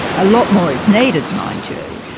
a lot more is needed, mind you,